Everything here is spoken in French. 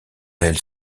elle